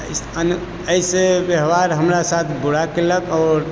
अइसऽ व्यवहार हमरा साथ बुरा केलक आओर